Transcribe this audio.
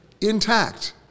intact